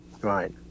right